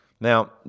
Now